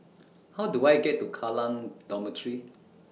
How Do I get to Kallang Dormitory